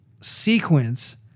sequence